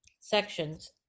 sections